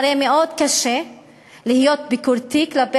הרי מאוד קשה להיות ביקורתי כלפי